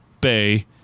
Bay